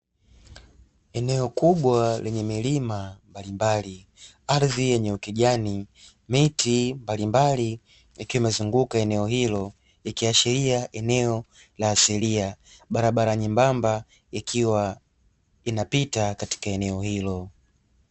Eneo kubwa lenye milima mbalimbali, ardhi yenye ukijani, miti mbalimbali ikiwa imezunguka eneo hilo. Ikiashiria eneo la asilia, barabara nyembamba ikiwa inapita Katika eneo hilo.